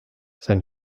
sein